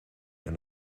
and